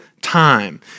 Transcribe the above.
time